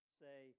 say